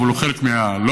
אבל הוא חלק מהלובי,